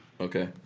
Okay